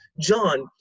John